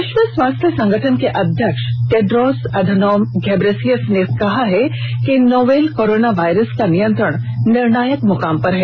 विश्व स्वास्थ्य संगठन के अध्यक्ष टेड्रोस अधानोम घेब्रेयीसस ने कहा है कि नोवेल कोरोना वायरस नियंत्रण निर्णायक मुकाम पर है